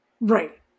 Right